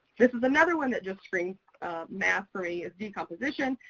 this is another one that just screams math for me, is decomposition.